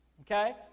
okay